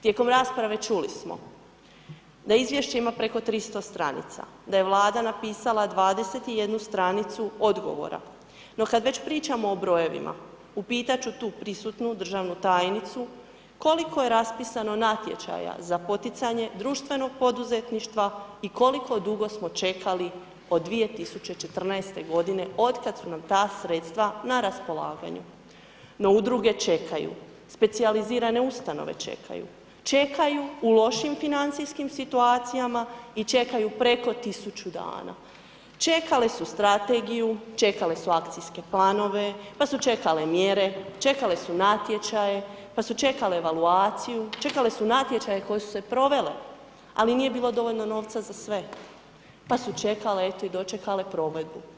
Tijekom rasprave čuli smo da izvješće ima preko 300 stranica, da je Vlada napisala 21 stranicu odgovora, no kad već pričamo o brojevima, upitat ću tu prisutnu državnu tajnicu koliko je raspisano natječaja za poticanje društvenog poduzetništva i koliko dugo smo čekali od 2014. godine, od kad su nam ta sredstva na raspolaganju, no udruge čekaju, specijalizirane ustanove čekaju, čekaju u lošim financijskim situacijama i čekaju preko 1000 dana, čekale su strategiju, čekale su akcijske planove pa su čekale mjere, čekale su natječaje pa su čekale evaluaciju, čekale su natječaje koji su se provele, ali nije bilo dovoljno novca za sve pa su čekale eto i dočekale provedbu.